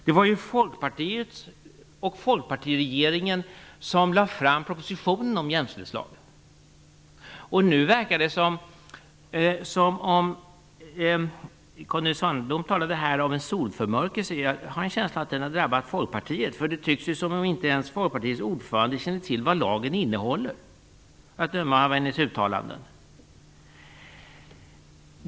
Det var ju Folkpartiregeringen som lade fram propositionen om jämställdhetslagen. Conny Sandholm talade om en solförmörkelse, men jag har en känsla av att den har drabbat Folkpartiet. Det tycks ju som om inte ens Folkpartiets ordförande känner till vad lagen innehåller, att döma av hennes uttalanden.